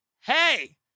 hey